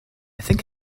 think